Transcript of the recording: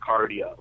cardio